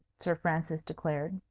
sir francis declared.